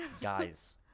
Guys